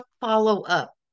follow-up